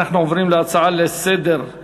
אנחנו עוברים להצעה דומה לסדר-היום,